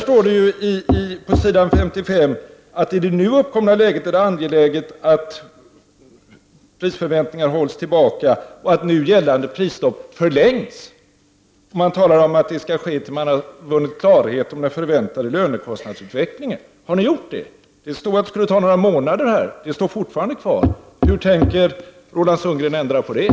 I utskottets betänkande står på s. 55 att det i det nu uppkomna läget är angeläget att förväntningar av ytterligare prisoch kostnadsökningar hålls tillbaka och att nu gällande prisstopp förlängs. Man talar om att detta skall gälla till dess man vunnit bättre klarhet om den förväntade lönekostnadsutvecklingen. Har ni vunnit en sådan klarhet? Det står i betänkandet att detta skulle ta några månader, och det står fortfarande kvar i betänkandet. Hur tänker Roland Sundgren ändra på detta?